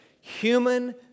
human